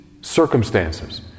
circumstances